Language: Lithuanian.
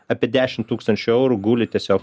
apie dešim tūkstančių eurų guli tiesiog